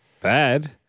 bad